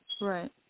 Right